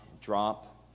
drop